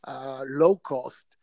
low-cost